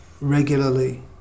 regularly